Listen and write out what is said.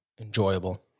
enjoyable